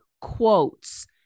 quotes